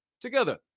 together